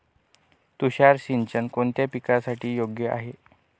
तुषार सिंचन कोणत्या पिकासाठी योग्य आहे?